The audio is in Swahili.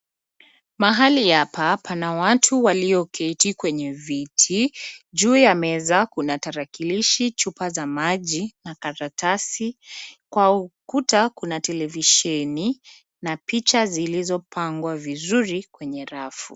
Mahali hapa pana watu walioketi kwenye viti. Juu ya meza kuna tarakilishi, chupa za maji na karatasi. Kwa ukuta kuna televisheni na picha zilizopangwa vizuri kwenye rafu.